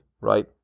right